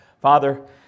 Father